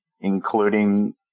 including